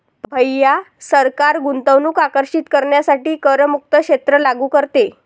भैया सरकार गुंतवणूक आकर्षित करण्यासाठी करमुक्त क्षेत्र लागू करते